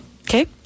Okay